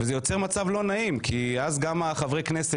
מה שיוצר מצב לא נעים כי גם חברי הכנסת